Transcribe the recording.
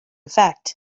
effect